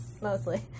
Mostly